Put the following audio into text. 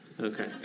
Okay